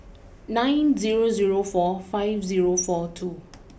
nine zero zero four five zero four two